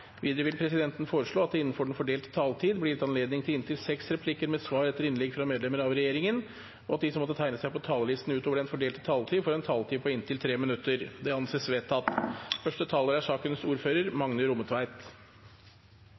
Videre vil presidenten foreslå at det – innenfor den fordelte taletid – blir gitt anledning til inntil seks replikker med svar etter innlegg fra medlemmer av regjeringen, og at de som måtte tegne seg på talerlisten utover den fordelte taletid, får en taletid på inntil 3 minutter. – Det anses vedtatt.